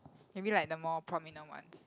maybe like the more prominent ones